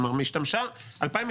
2020